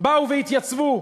באו והתייצבו.